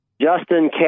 Justin